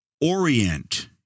Orient